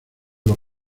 los